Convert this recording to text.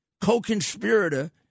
co-conspirator